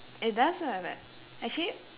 it does ah but actually